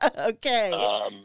Okay